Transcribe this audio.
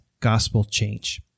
gospelchange